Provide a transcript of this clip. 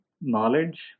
knowledge